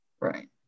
Right